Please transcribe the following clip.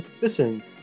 listen